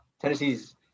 Tennessee's